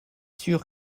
sûr